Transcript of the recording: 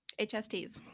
HSTs